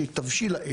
שתבשיל העת,